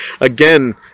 again